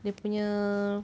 dia punya